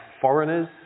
foreigners